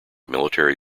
military